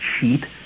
sheet